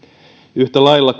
yhtä lailla